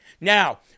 Now